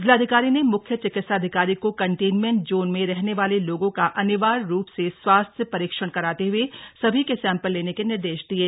जिलाधिकारी ने म्ख्य चिकित्साधिकारी को कंटेनमेंट जोन में रहने वाले लोगों का अनिवार्य रूप से स्वास्थ्य परीक्षण कराते हुए सभी के सैम्पल लेने के निर्देश दिये